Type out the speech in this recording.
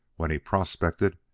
when he prospected,